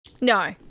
No